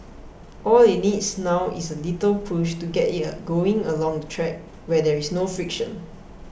all it needs now is a little push to get it a going along the track where there is no friction